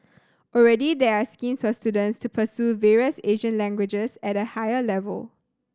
already there are schemes for students to pursue various Asian languages at a higher level